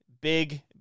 big